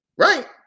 Right